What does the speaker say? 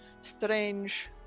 strange